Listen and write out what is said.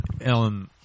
Ellen